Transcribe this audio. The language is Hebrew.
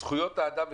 זכויות אדם.